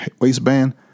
waistband